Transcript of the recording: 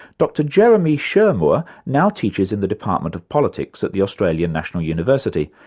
dr jeremy shearmur, now teaches in the department of politics at the australian national university,